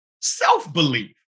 self-belief